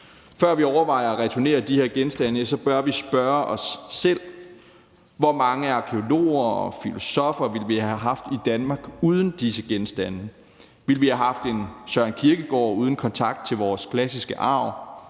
Før vi overvejer at returnere de her genstande, bør vi spørge os selv, hvor mange arkæologer og filosoffer vi ville have haft i Danmark uden disse genstande. Ville vi have haft en Søren Kierkegaard uden kontakt til vores klassiske arv?